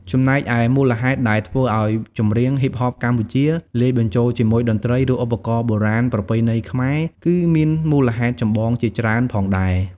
ចំំណែកឯមូលហេតុដែលធ្វើឲ្យចម្រៀងហ៊ីបហបកម្ពុជា លាយបញ្ចូលជាមួយតន្ត្រី ឬឧបករណ៍បុរាណប្រពៃណីខ្មែរ គឺមានមូលហេតុចម្បងជាច្រើនផងដែរ។